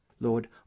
Lord